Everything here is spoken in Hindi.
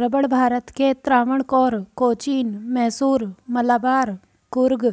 रबड़ भारत के त्रावणकोर, कोचीन, मैसूर, मलाबार, कुर्ग,